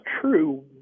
true